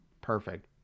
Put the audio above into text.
perfect